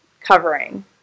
covering